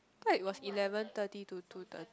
thought it was eleven thirty to two thirty